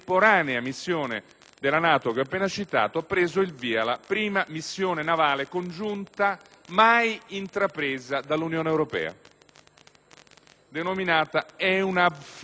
della NATO che ho appena citato, ha preso il via la prima missione navale congiunta mai intrapresa dall'Unione europea, denominata «Eunavfor Atlanta».